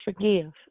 forgive